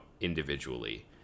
individually